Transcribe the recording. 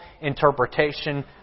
interpretation